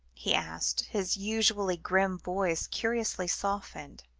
he asked, his usually grim voice curiously softened.